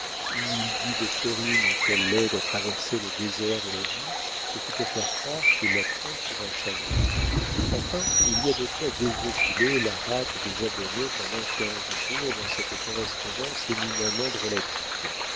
où il dit de florine qu'elle l'aide à traverser le désert de la vie ce qui peut faire croire qu'il la prend pour un chameau enfin il y a de quoi désopiler la rate des abonnés pendant quinze jours dans cette correspondance éminemment drôlatique